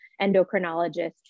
endocrinologist